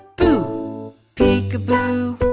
boo peekaboo,